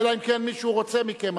אלא אם כן מישהו רוצה מכם,